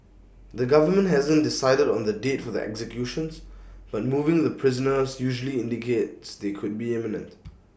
the government hasn't decided on the date for the executions but moving the prisoners usually indicates they could be imminent